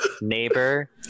neighbor